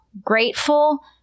grateful